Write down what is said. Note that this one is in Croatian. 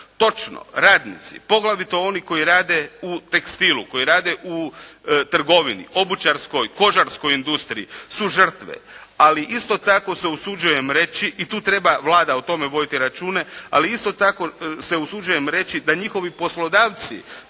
Točno, radnici, poglavito oni koji rade u tekstilu, koji rade trgovini, obućarskoj, kožarskoj industriji su žrtve, ali isto tako se usuđujem reći i tu treba Vlada o tome voditi račune, ali isto tako se usuđujem reći da njihovi poslodavci,